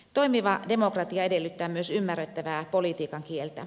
toimiva demokratia edellyttää myös ymmärrettävää politiikan kieltä